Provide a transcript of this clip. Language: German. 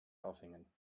aufhängen